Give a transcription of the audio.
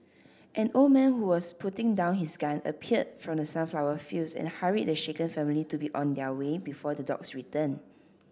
an old man who was putting down his gun appeared from the sunflower fields and hurried the shaken family to be on their way before the dogs return